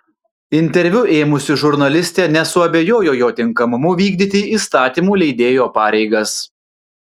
interviu ėmusi žurnalistė nesuabejojo jo tinkamumu vykdyti įstatymų leidėjo pareigas